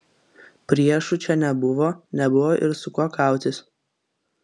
priešų čia nebuvo nebuvo ir su kuo kautis